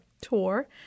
tour